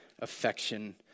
affection